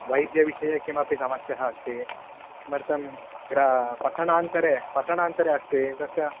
वैद्यविषये किमपि समस्या अस्ति किमर्थं पठनान्तरे पठणान्तरे अस्ति एतस्य